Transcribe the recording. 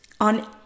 on